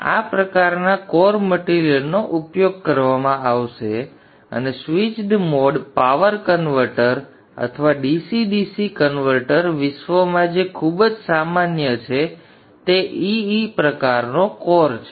તેથી આ પ્રકારના કોર મટિરિયલનો ઉપયોગ કરવામાં આવશે અને સ્વિચ્ડ મોડ પાવર કન્વર્ટર અથવા DC DC કન્વર્ટર વિશ્વમાં જે ખૂબ જ સામાન્ય છે તે E E પ્રકારનો કોર છે